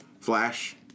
Flash